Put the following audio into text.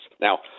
Now